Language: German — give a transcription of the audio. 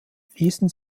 ließen